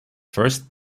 first